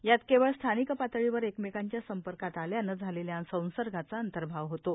यात केवळ स्थानिक पातळीवर एकमेकांच्या संपर्कात आल्यानं झालेल्या संसर्गाचा अंतर्भाव होतो